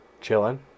chilling